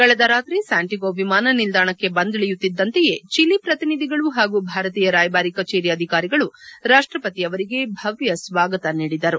ಕಳೆದ ರಾತ್ರಿ ಸ್ಲಾಂಟಿಯೊಗೊ ವಿಮಾನ ನಿಲ್ಲಾಣಕ್ಕೆ ಬಂದಿಳಿಯುತ್ತಿದ್ದಂತೆಯೇ ಚಿಲಿ ಪ್ರತಿನಿಧಿಗಳು ಹಾಗೂ ಭಾರತೀಯ ರಾಯಬಾರಿ ಕಚೇರಿ ಅಧಿಕಾರಿಗಳು ರಾಷ್ಟಪತಿ ಅವರಿಗೆ ಭವ್ತ ಸ್ವಾಗತ ನೀಡಿದರು